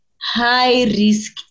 high-risk